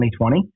2020